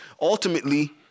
ultimately